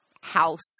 house